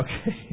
Okay